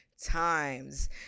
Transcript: Times